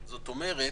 איתן,